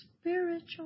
spiritual